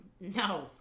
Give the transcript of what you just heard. No